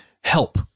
help